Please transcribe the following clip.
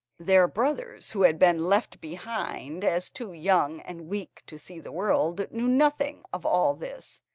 their brothers, who had been left behind as too young and weak to see the world, knew nothing of all this,